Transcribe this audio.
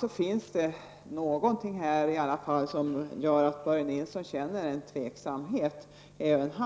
Det finns alltså någonting i detta som gör att även Börje Nilsson känner tveksamhet inför